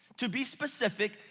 to be specific,